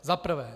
Zaprvé.